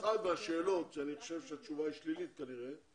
אחת מהשאלות שאני חושב שהתשובה היא שלילית כנראה,